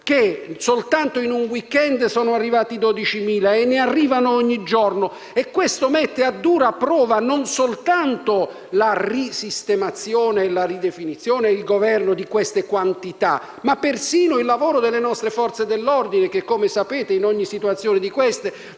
soltanto in un *weekend* sono arrivate 12.000 persone e ne arrivano ogni giorno e questo mette a dura prova non soltanto la capacità di risistemazione, di ridefinizione e di governo di queste quantità, ma persino il lavoro delle nostre Forze dell'ordine, che, come sapete, in ogni situazione di questo